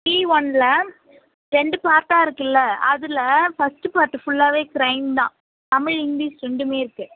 C ஒன்னில் ரெண்டு பார்ட்டாக இருக்குல அதில் ஃபஸ்ட்டு பார்ட்டு ஃபுல்லாகவே க்ரைம் தான் தமிழ் இங்கிலீஷ் ரெண்டுமே இருக்கு